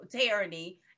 tyranny